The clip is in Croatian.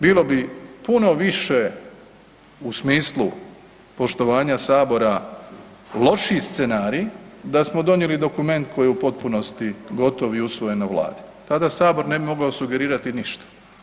Bilo bi puno više u smislu poštovanja Sabora lošiji scenarij da smo donijeli dokument koji je u potpunosti gotov i usvojen na Vladi, tada Sabor ne bi mogao sugerirati ništa.